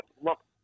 look